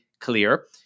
clear